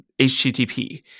HTTP